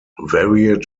varied